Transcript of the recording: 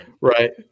Right